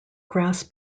grass